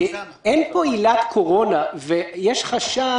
אין פה עילת קורונה ויש חשש